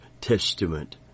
Testament